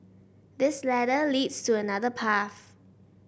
this ladder leads to another path